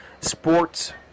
sports